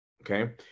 okay